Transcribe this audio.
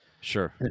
Sure